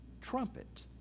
trumpet